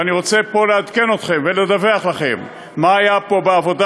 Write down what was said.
ואני רוצה פה לעדכן ולדווח לכם מה היה פה בעבודה